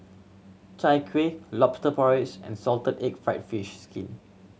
Chai Kueh Lobster Porridge and salted egg fried fish skin